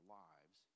lives